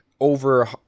over